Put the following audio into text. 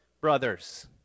brothers